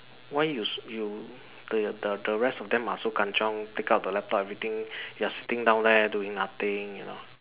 why you s~ you the the rest of them are so kan-chiong take out the laptop everything you are sitting down there doing nothing you know